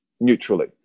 neutrally